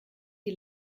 die